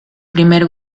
primer